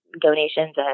donations